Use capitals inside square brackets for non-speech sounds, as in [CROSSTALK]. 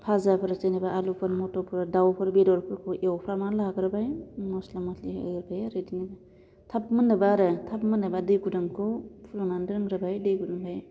फाजाफोर जेनेबा आलुफोर मटरफोर दावफोर बेदरफोरखौ एवफ्रामनानै लाग्रोबाय मस्ला मस्लि [UNINTELLIGIBLE] बिदिनो थाब मोननोबा आरो थाब मोननोबा दै गुदुंखौ फुदुंनानै दोनग्रोबाय दै गुदुं